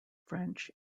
french